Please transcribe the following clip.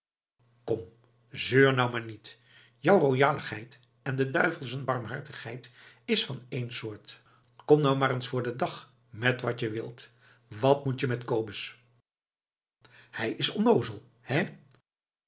zeur nou maar niet jou royaligheid en de duivel z'n barmhartigheid is van één soort kom nou maar in eens voor den dag met wat je wilt wat moet je met kobus hij is onnoozel hé